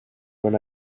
when